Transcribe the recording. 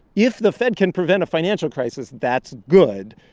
if the fed can prevent a financial crisis, that's good,